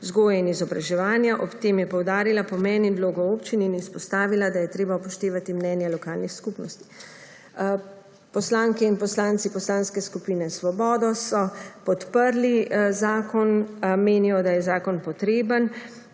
vzgoje in izobraževanja. Ob tem je poudarila pomen in vlogo občin in izpostavila, da je treba upoštevati mnenje lokalnih skupnosti. Poslanke in poslanci Poslanske skupine Svoboda so podprli zakon. Menijo, da je zakon potreben,